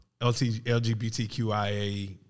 LGBTQIA